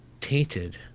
tainted